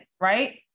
right